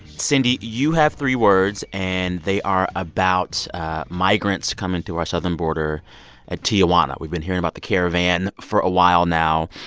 cindy, you have three words, and they are about migrants coming to our southern border at tijuana. we've been hearing about the caravan for a while now.